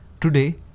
Today